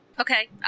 Okay